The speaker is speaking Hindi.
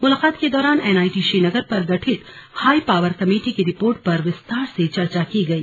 मुलाकात के दौरान एनआईटी श्रीनगर पर गठित हाईपावर कमेटी की रिपोर्ट पर विस्तार से चर्चा की गई